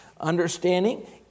Understanding